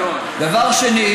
דבר שני,